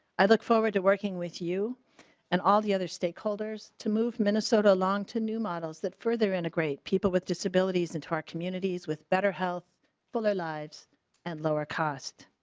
i look forward to working with you and all the other stakeholders to move minnesota long two new models that further integrate people with disabilities into our communities with better health for their lives and lower cost.